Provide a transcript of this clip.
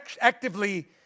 actively